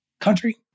country